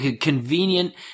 convenient